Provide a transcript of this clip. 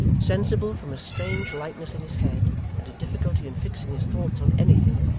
sensible, from a strange lightness in his head, and a difficulty in fixing his thoughts on anything,